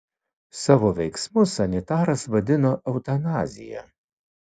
savo veiksmus sanitaras vadino eutanazija